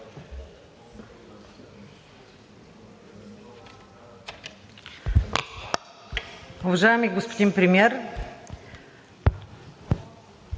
Уважаеми господин Премиер,